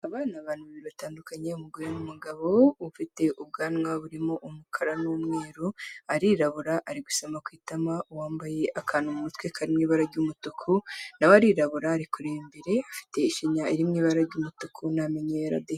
Abantu babiri batandukanye umugoregabo ufite ubwanwa burimo umukara n'umweru, arirabura ari gusoma ku itama uwambaye akantu mu mutwe karimo ibara ry'umutuku, nawe arirabura ari kureba imbere afite ishinya iri mu ibara ry'umutuku n'amenyo yera de.